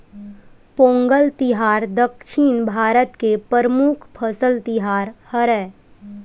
पोंगल तिहार दक्छिन भारत के परमुख फसल तिहार हरय